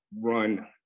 run